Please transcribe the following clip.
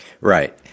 Right